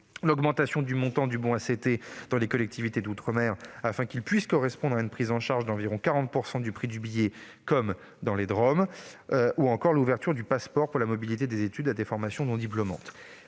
l'augmentation du montant du bon ACT dans les collectivités d'outre-mer, afin qu'il puisse correspondre à une prise en charge d'environ 40 % du prix du billet, comme dans les DROM, ou encore l'ouverture du passeport pour la mobilité des études à des formations non diplômantes.